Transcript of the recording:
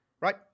Right